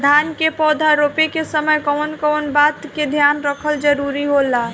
धान के पौधा रोप के समय कउन कउन बात के ध्यान रखल जरूरी होला?